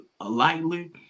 lightly